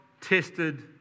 tested